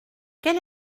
quel